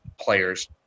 players